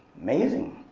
amazing,